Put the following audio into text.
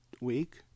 week